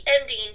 ending